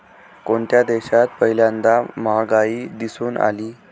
कोणत्या देशात पहिल्यांदा महागाई दिसून आली?